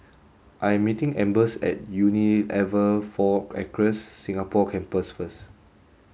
I am meeting Ambers at Unilever Four Acres Singapore Campus first